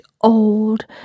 old